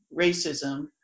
racism